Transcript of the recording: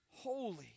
Holy